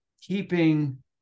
keeping